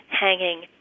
hanging